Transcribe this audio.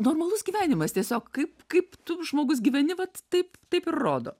normalus gyvenimas tiesiog kaip kaip tu žmogus gyveni vat taip taip ir rodo